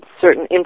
certain